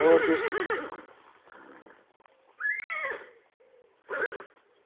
होर कुछ